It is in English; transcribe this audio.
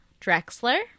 drexler